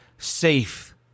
Safe